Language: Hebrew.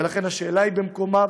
ולכן השאלה היא במקומה,